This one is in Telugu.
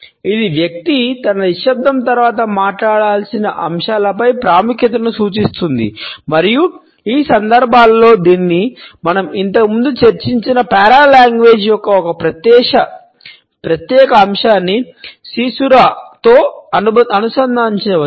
ఇది వ్యక్తి తన నిశ్శబ్దం తర్వాత మాట్లాడవలసిన అంశాలపై ప్రాముఖ్యతను సూచిస్తుంది మరియు ఈ సందర్భాలలో దీనిని మనం ఇంతకుముందు చర్చించిన పారలాంగ్వేజ్ యొక్క ఒక ప్రత్యేక అంశాన్ని సీసురాతో అనుసంధానించవచ్చు